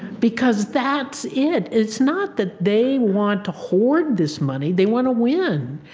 because that's it. it's not that they want to hoard this money, they want to win.